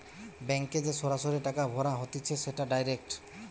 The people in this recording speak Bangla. ব্যাংকে যে সরাসরি টাকা ভরা হতিছে সেটা ডাইরেক্ট